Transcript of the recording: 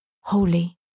holy